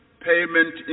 payment